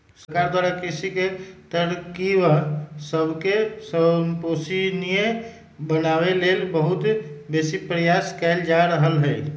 सरकार द्वारा कृषि के तरकिब सबके संपोषणीय बनाबे लेल बहुत बेशी प्रयास कएल जा रहल हइ